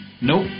Nope